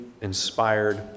inspired